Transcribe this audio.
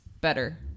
better